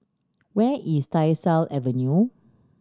where is Tyersall Avenue